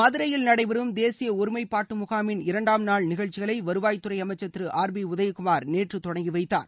மதுரையில் நடைபெறும் தேசிய ஒருமைப்பாட்டு முகாமின் இரண்டாம் நாள் நிகழ்ச்சிகளை வருவாய்த்துறை அமைச்சர் திரு ஆர் பி உதயகுமார் நேற்று தொடங்கி வைத்தார்